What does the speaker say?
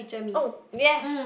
oh yes